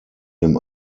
dem